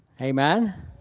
Amen